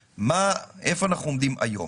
איפה אנחנו עומדים היום.